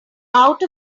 out